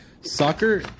soccer